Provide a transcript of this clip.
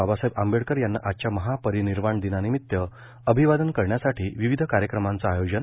बाबासाहेब आंबेडकर यांना आजच्या महापरिनिर्वाण दिनानिमित्त अभिवादन करण्यासाठी विविध कार्यक्रम आयोजित